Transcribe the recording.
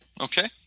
Okay